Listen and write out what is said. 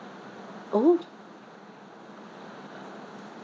oh